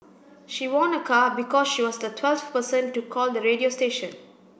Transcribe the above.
she won a car because she was the twelfth person to call the radio station